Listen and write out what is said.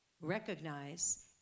recognize